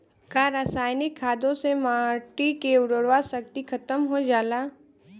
का रसायनिक खादों से माटी क उर्वरा शक्ति खतम हो जाला?